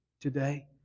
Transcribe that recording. today